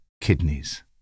kidneys